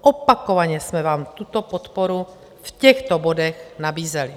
Opakovaně jsme vám tuto podporu v těchto bodech nabízeli.